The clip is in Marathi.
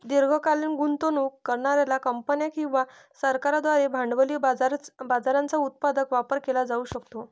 दीर्घकालीन गुंतवणूक करणार्या कंपन्या किंवा सरकारांद्वारे भांडवली बाजाराचा उत्पादक वापर केला जाऊ शकतो